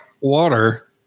water